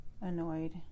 annoyed